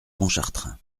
pontchartrain